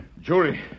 Jury